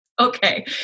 okay